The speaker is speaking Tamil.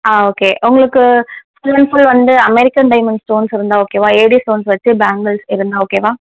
ஆ ஓகே உங்களுக்கு ஃபுல் அண்ட் ஃபுல் வந்து அமெரிக்கன் டைமண்ட்ஸ் ஸ்டோன்ஸ் இருந்தால் ஓகேவா ஏடி ஸ்டோன்ஸ் வச்சு பேங்குள்ஸ் இருந்தால் ஓகேவா